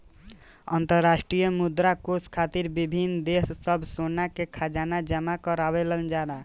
अंतरराष्ट्रीय मुद्रा कोष खातिर विभिन्न देश सब सोना के खजाना जमा करावल जाला